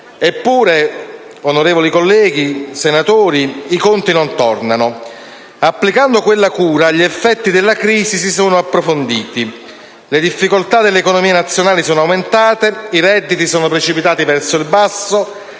Eppure, onorevoli colleghi senatori, i conti non tornano. Applicando quella cura gli effetti della crisi si sono approfonditi, le difficoltà delle economie nazionali sono aumentate, i redditi sono precipitati verso il basso,